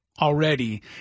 already